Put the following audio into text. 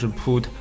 put